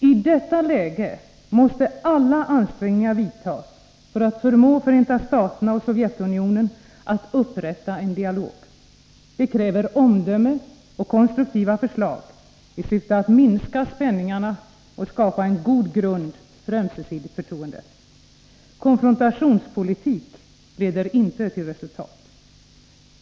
I detta läge måste alla ansträngningar vidtas för att förmå Förenta staterna och Sovjetunionen att upprätta en dialog. Det kräver omdöme och konstruktiva förslag i syfte att minska spänningarna och skapa en god grund för ömsesidigt förtroende. Konfrontationspolitik leder inte till resultat.